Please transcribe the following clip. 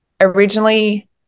Originally